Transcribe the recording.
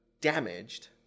damaged